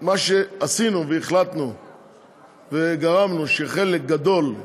מה שעשינו והחלטנו וגרמנו הוא שחלק גדול,